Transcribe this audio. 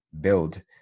build